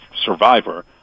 survivor